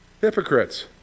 Hypocrites